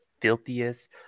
filthiest